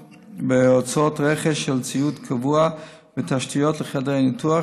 בהוצאות רכש של ציוד קבוע ותשתיות לחדרי הניתוח,